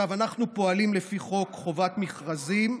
אנחנו פועלים לפי חוק חובת מכרזים.